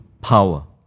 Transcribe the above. power